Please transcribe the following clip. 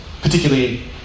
particularly